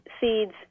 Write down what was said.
seeds